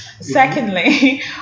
secondly